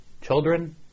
children